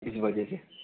इस वजह से